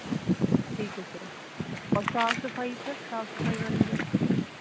ਠੀਕ ਹੈ ਸਰ ਔਰ ਸਾਫ਼ ਸਫ਼ਾਈ ਸਰ ਸਾਫ਼ ਸਫ਼ਾਈ ਬਾਰੇ ਵੀ ਦੱਸ ਦਿਉ